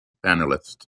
panelists